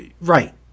right